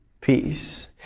peace